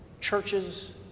churches